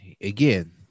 again